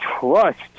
trust